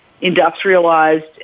industrialized